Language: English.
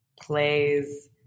plays